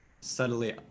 subtly